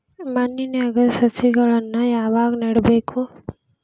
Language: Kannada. ಮಣ್ಣಿನ್ಯಾಗ್ ಸಸಿಗಳನ್ನ ಯಾವಾಗ ನೆಡಬೇಕು?